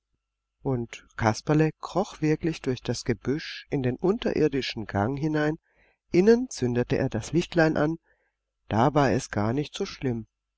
und kasperle kroch wirklich durch das gebüsch in den unterirdischen gang hinein innen zündete er das lichtlein an da war es gar nicht so schlimm